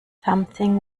something